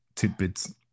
Tidbits